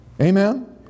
Amen